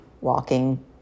walking